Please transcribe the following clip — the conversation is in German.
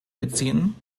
beziehen